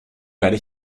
werde